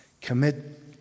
Commit